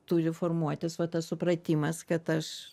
turi formuotis va tas supratimas kad aš